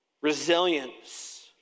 resilience